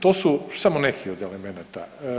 To su samo neki od elemenata.